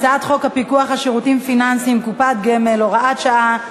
הצעת חוק הפיקוח על שירותים פיננסיים (קופות גמל) (הוראת שעה),